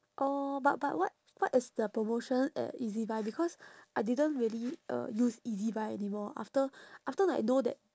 orh but but what what is the promotion at ezbuy because I didn't really uh use ezbuy anymore after after I know that